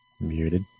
Muted